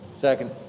Second